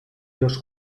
los